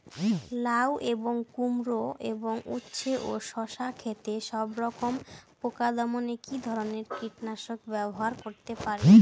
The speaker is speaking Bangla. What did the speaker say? লাউ এবং কুমড়ো এবং উচ্ছে ও শসা ক্ষেতে সবরকম পোকা দমনে কী ধরনের কীটনাশক ব্যবহার করতে পারি?